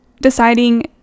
deciding